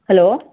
hello